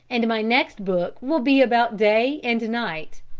and my next book will be about day and night,